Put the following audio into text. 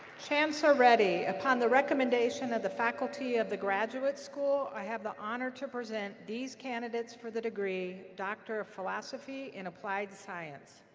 chancellor reddy, upon the recommendation of the faculty of the graduate school, i have the honor to present these candidates for the degree doctor of philosophy in applied science.